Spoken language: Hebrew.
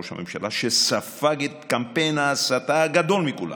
ראש הממשלה שספג את קמפיין ההסתה הגדול מכולם,